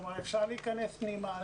כלומר, אפשר להיכנס פנימה.